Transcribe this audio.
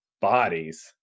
bodies